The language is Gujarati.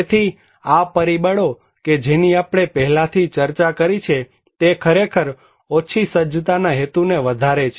તેથી આ પરિબળો કે જેની આપણે પહેલાથી ચર્ચા કરી છે તે ખરેખર ઓછી સજ્જતાના હેતુને વધારે છે